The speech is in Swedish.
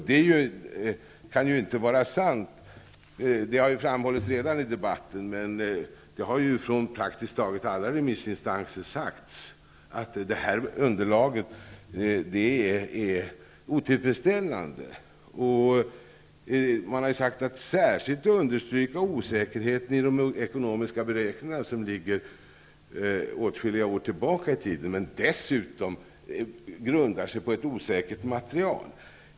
Det kan ju inte vara sant, och det har redan framhållits i debatten. Praktiskt taget alla remissinstanser har sagt att detta underlag är otillfredsställande. Man har särskilt understrukit osäkerheten i de ekonomiska beräkningarna, vilka ligger åtskilliga år tillbaka i tiden och dessutom grundar sig på ett osäkert material.